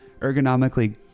ergonomically